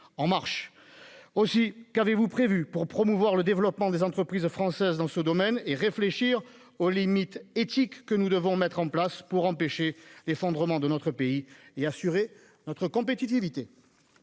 en marche ! Aussi, qu'avez-vous prévu pour promouvoir le développement des entreprises françaises dans ce domaine et réfléchir aux limites éthiques que nous devons mettre en place pour empêcher l'effondrement de notre pays et assurer notre compétitivité ?